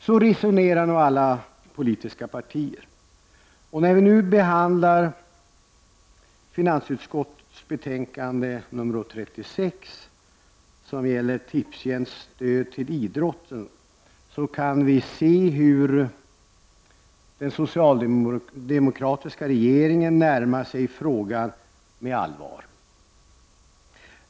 Så resonerar nog alla politiska partier. När vi nu behandlar finansutskottets betänkande nr 36 om Tipstjänsts stöd till idrotten, kan vi se hur den socialdemokratiska regeringen närmar sig frågan med allvar.